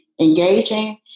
engaging